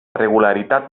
regularitat